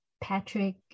Patrick